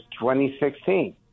2016